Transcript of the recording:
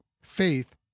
faith